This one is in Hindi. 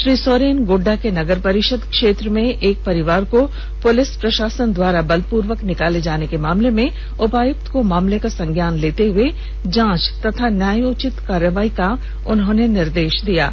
श्री सोरेन गोड्डा के नगर परिषद क्षेत्र में एक परिवार को पुलिस प्रषासन द्वारा बलपूर्वक निकाले जाने के मामले में उपायुक्त को मामले का संज्ञान लेते हुए जांच तथा न्यायोचित कार्रवाई का निर्देष दिया है